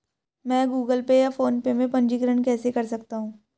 मैं Google Pay या PhonePe में पंजीकरण कैसे कर सकता हूँ?